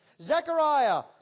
Zechariah